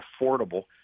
affordable